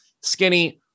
Skinny